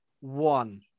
one